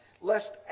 lest